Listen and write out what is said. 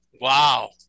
wow